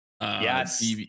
Yes